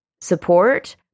support